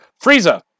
Frieza